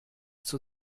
zur